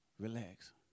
Relax